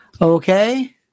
Okay